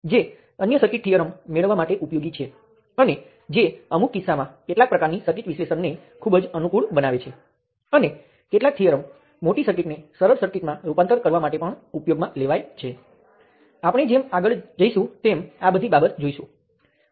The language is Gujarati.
હવે આ વિસ્તરણ સરળ દેખાય છે પરંતુ આપણે તેનો ઉપયોગ અન્ય થિયર્મને સાબિત કરવા માટે કરીશું તેથી જ હું તેનો સ્પષ્ટ ઉલ્લેખ કરવા જઈ રહ્યો છું